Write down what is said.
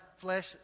flesh